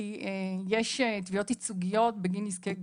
כי יש תביעות ייצוגיות בגין נזקי גוף.